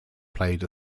played